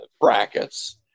brackets